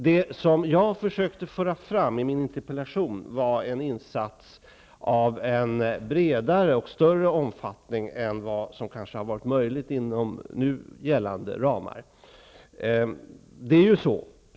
I min interpellation försökte jag föra fram en insats av bredare och större omfattning än vad som kanske har varit möjlig inom nu gällande ramar.